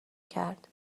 کرد